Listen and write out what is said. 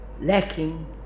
lacking